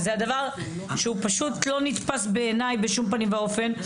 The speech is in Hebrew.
שזה דבר שהוא פשוט לא נתפס בעיניי בשום פנים ואופן.